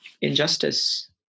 injustice